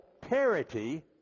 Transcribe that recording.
parity